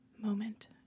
Moment